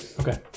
Okay